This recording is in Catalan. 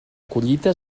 collita